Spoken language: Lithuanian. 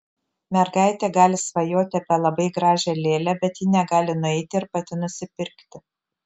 mergaitė gali svajoti apie labai gražią lėlę bet ji negali nueiti ir pati nusipirkti